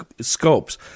scopes